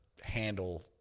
handle